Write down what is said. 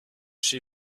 she